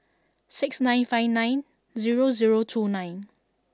six nine five nine zero zero two nine